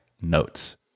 Notes